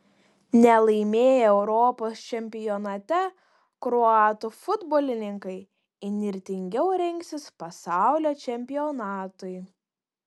nelaimėję europos čempionate kroatų futbolininkai įnirtingiau rengsis pasaulio čempionatui